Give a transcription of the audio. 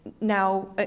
Now